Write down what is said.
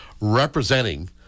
representing